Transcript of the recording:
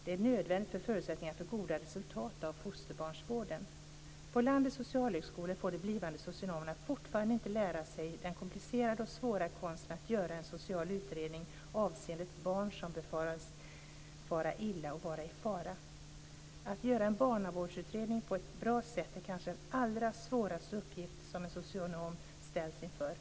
Det är nödvändigt för förutsättningarna att få goda resultat av fosterbarnsvården. På landets socialhögskolor får de blivande socionomerna fortfarande inte lära sig den komplicerade och svåra konsten att göra en social utredning avseende ett barn som riskerar att fara illa. Att göra en barnavårdsutredning på ett bra sätt är kanske den allra svåraste uppgift som en socionom ställs inför.